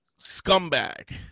scumbag